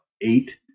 eight